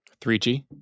3G